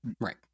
Right